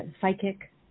psychic